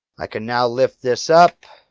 i can now lift this up.